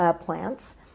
plants